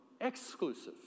exclusive